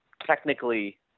technically